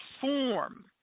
form